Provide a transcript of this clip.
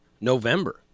November